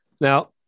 Now